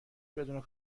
بدون